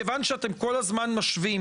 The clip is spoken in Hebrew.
מכיוון שאתם כל הזמן משווים,